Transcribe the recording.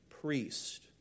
priest